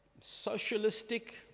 socialistic